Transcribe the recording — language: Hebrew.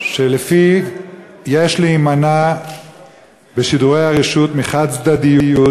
שלפיו יש להימנע בשידורי הרשות מחד-צדדיות,